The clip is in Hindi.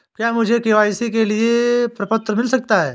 क्या मुझे के.वाई.सी के लिए प्रपत्र मिल सकता है?